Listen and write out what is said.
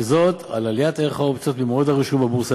וזאת על עליית ערך האופציות במועד הרישום בבורסה